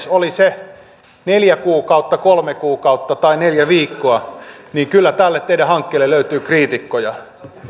oli se neljä kuukautta kolme kuukautta tai neljä viikkoa niin kyllä tälle teidän hankkeellenne löytyy kriitikkoja